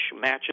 matches